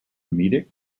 comedic